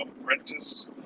Apprentice